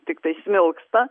tiktai smilksta